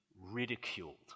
ridiculed